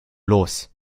los